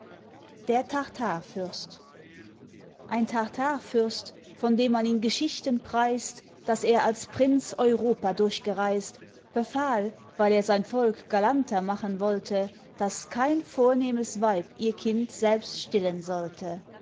der tartarfürst ein tartarfürst von dem man in geschichten preist daß er als prinz europa durchgereist befahl weil er sein volk galanter machen wollte daß kein vornehmes weib ihr kind selbst stillen sollte